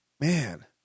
Man